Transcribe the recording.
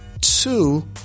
two